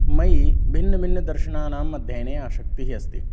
मयि भिन्नभिन्नदर्शनानाम् अध्ययने आसक्तिः अस्ति